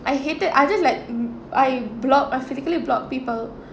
I hated I just like I block I physically block people